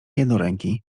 jednoręki